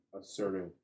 assertive